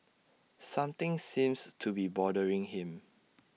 something seems to be bothering him